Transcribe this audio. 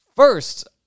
First